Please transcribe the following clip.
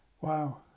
wow